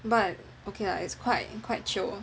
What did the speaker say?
but okay lah is quite quite chill